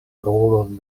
rolon